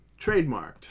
trademarked